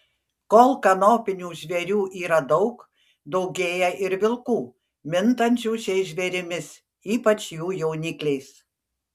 kol kanopinių žvėrių yra daug daugėja ir vilkų mintančių šiais žvėrimis ypač jų jaunikliais